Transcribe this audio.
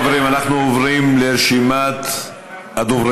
חברים, אנחנו עוברים לרשימת הדוברים.